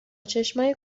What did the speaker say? چشمای